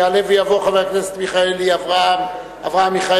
יעלה ויבוא חבר הכנסת אברהם מיכאלי,